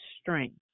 strength